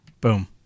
Boom